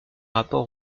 rapport